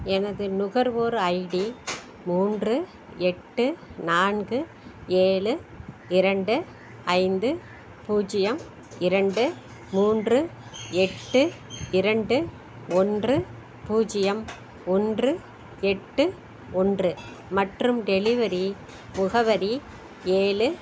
எனது நுகர்வோர் ஐடி மூன்று எட்டு நான்கு ஏழு இரண்டு ஐந்து பூஜ்ஜியம் இரண்டு மூன்று எட்டு இரண்டு ஒன்று பூஜ்ஜியம் ஒன்று எட்டு ஒன்று மற்றும் டெலிவரி முகவரி ஏழு